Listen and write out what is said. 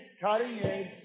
cutting-edge